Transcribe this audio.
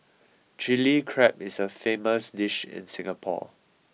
Chilli Crab is a famous dish in Singapore